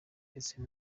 ndetse